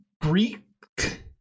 Greek